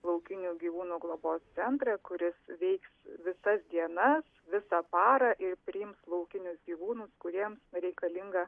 laukinių gyvūnų globos centrą kuris veiks visas dienas visą parą ir priims laukinius gyvūnus kuriems reikalinga